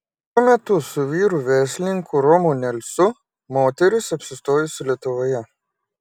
šiuo metu su vyru verslininku romu nelsu moteris apsistojusi lietuvoje